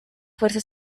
fuerza